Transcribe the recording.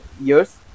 years